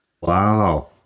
Wow